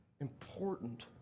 important